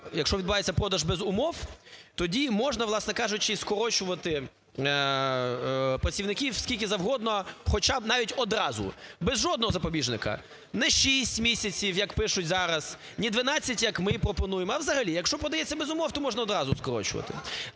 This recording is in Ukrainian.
якщо відбувається продаж без умов, тоді можна, власне кажучи, скорочувати працівників скільки завгодно, хоча б навіть одразу без жодного запобіжника, не шість місяців, як пишуть зараз, ні дванадцять, як ми пропонуємо, а взагалі, якщо продається без умов, то можна одразу скорочувати.